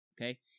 Okay